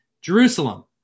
Jerusalem